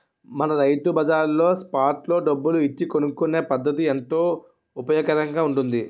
మన రైతు బజార్లో స్పాట్ లో డబ్బులు ఇచ్చి కొనుక్కునే పద్దతి ఎంతో ఉపయోగకరంగా ఉంటుంది